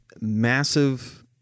massive